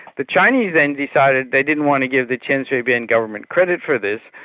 the chinese then decided they didn't want to give the chen shui-bian government credit for this,